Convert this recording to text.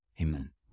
Amen